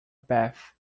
bath